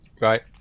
Right